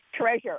treasure